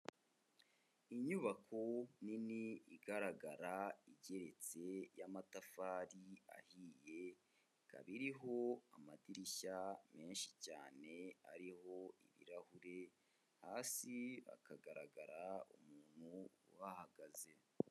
Inyubako nini igaragara igeretse y'amatafari ahiye ikaba iriho amadirishya menshi cyane ariho ibirahure, hasi hakagaragara umuntu uhahagaze.